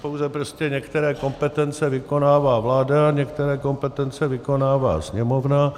Pouze prostě některé kompetence vykonává vláda, některé kompetence vykonává Sněmovna.